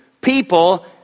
people